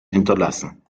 hinterlassen